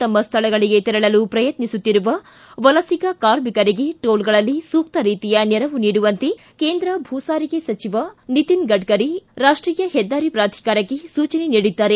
ತಮ್ನ ಸ್ವಳಗಳಿಗೆ ತೆರಳಲು ಪ್ರಯತ್ನಿಸುತ್ತಿರುವ ವಲಸಿಗ ಕಾರ್ಮಿಕರಿಗೆ ಟೋಲ್ಗಳಲ್ಲಿ ಸೂಕ್ತ ರೀತಿಯ ನೆರವು ನೀಡುವಂತೆ ಕೇಂದ್ರ ಭೂ ಸಾರಿಗೆ ಸಚಿವ ನಿತಿನ್ಗಡ್ಕರಿ ಅವರು ರಾಷ್ಟೀಯ ಹೆದ್ದಾರಿ ಪ್ರಾಧಿಕಾರಕ್ಕೆ ಸೂಚನೆ ನೀಡಿದ್ದಾರೆ